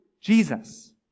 Jesus